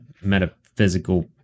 metaphysical